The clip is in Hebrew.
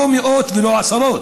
לא מאות ולא עשרות?